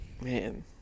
Man